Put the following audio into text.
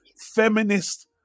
feminist